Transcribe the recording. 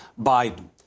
Biden